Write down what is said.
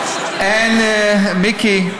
מיקי,